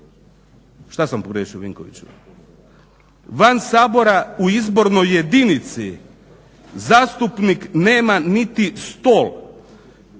Šta sam pogriješio Vinkoviću? Van Sabora u izbornoj jedinici zastupnik nema niti stol,